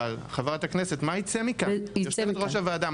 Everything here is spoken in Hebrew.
יושבת-ראש הוועדה?